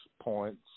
points